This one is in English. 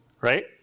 right